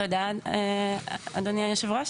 תודה, אדוני יושב הראש.